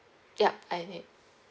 yup I need